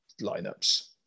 lineups